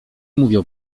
mówią